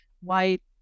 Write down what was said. white